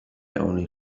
only